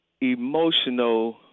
emotional